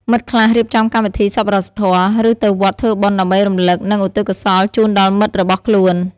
មិត្តខ្លះរៀបចំកម្មវិធីសប្បុរសធម៌ ឬទៅវត្តធ្វើបុណ្យដើម្បីរំលឹក និងឧទ្ទិសកុសលជូនដល់មិត្តរបស់ខ្លួន។